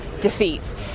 defeats